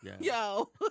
yo